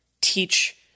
teach